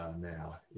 now